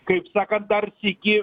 kaip sakant dar sykį